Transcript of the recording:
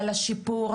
על השיפור,